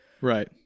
Right